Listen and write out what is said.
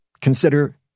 Consider